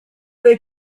they